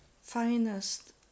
finest